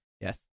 Yes